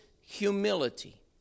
humility